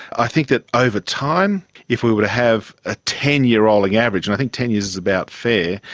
i think that over time if we were to have a ten year rolling average, and i think ten years is about fair,